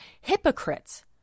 hypocrites